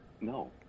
No